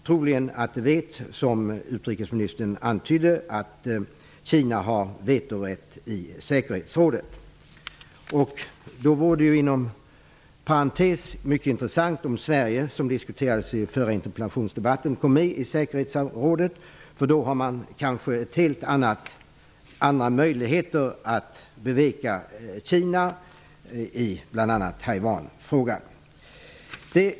Trolig anledning till det är, som utrikesministern antydde, att Kina har vetorätt i säkerhetsrådet. Det vore, inom parentes sagt, mycket intressant om Sverige, vilket diskuterades i den förra interpellationsdebatten, kom med i säkerhetsrådet. Då får man kanske helt andra möjligheter att beveka Kina i bl.a.